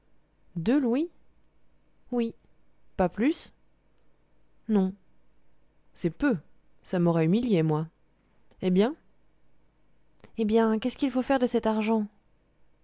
deux louis oui pas plus non c'est peu ça m'aurait humiliée moi eh bien eh bien qu'est-ce qu'il faut faire de cet argent